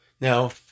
now